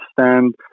understand